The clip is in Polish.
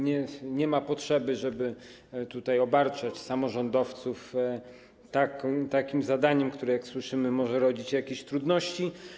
Nie ma potrzeby, żeby obarczać samorządowców takim zadaniem, które - jak słyszymy - może rodzić jakieś trudności.